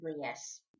yes